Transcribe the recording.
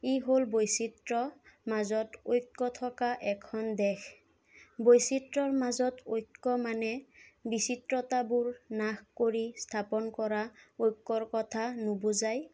ই হ'ল বৈচিত্ৰ্য মাজত ঐক্য থকা এখন দেশ বৈচিত্ৰ্যৰ মাজত ঐক্য মানে বিচিত্ৰতাবোৰ নাশ কৰি স্থাপন কৰা ঐক্যৰ কথা নুবুজায়